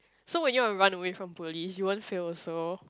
so when you want to run away from police you won't fail also